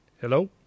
Hello